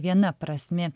viena prasmė